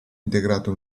integrato